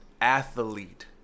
athlete